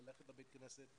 ללכת לבית כנסת,